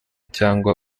cyangwa